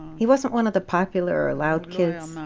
he wasn't one of the popular, or loud, kids.